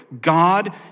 God